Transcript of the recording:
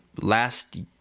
last